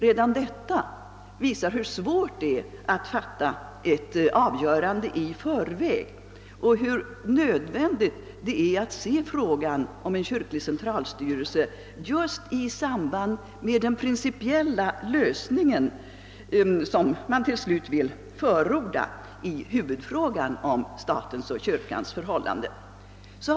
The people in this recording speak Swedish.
Redan detta visar hur svårt det är att fatta ett avgörande i förväg och hur nödvändigt det är att se frågan om en kyrklig centralstyrelse just i samband med den principiella lösning som man till slut vill förorda i huvudfrågan om statens och kyrkans förhållande till varandra.